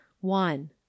one